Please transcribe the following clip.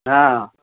हँ